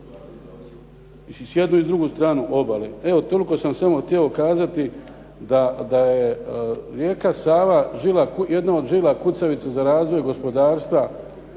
i sa jedne i sa druge strane obale. Evo, toliko sam samo htio kazati da je rijeka Sava jedna od žila kucavica za razvoj gospodarstva